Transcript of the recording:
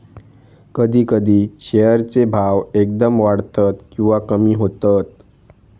कधी कधी शेअर चे भाव एकदम वाढतत किंवा कमी होतत